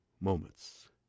moments